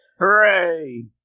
Hooray